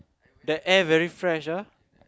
the air very fresh ah